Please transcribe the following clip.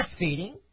breastfeeding